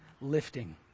lifting